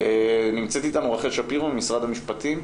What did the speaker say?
נמצאת איתנו רחל שפירו ממשרד המשפטים.